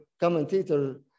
commentator